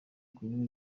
kunywa